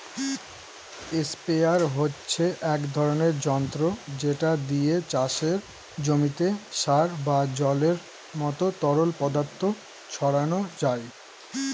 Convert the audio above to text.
sprayer হচ্ছে এক ধরণের যন্ত্র যেটা দিয়ে চাষের জমিতে সার বা জলের মত তরল পদার্থ ছড়ানো যায়